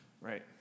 right